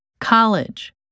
College